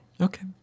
Okay